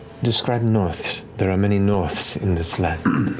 describe north. there are many norths in this land.